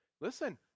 listen